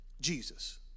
Jesus